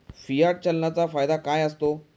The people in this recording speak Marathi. फियाट चलनाचा फायदा काय असतो?